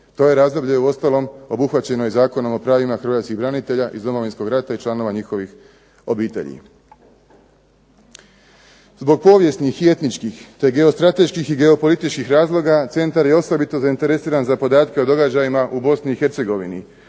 To je razdoblje uostalom obuhvaćeno i Zakonom o pravima hrvatskih branitelja iz Domovinskog rata i članova njihovih obitelji. Zbog povijesnih i etničkih te geostrateških i geopolitičkih razloga centar je osobito zainteresiran za podatke o događajima u Bosni i Hercegovini